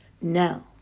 Now